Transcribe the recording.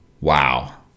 Wow